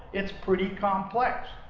it's pretty complex.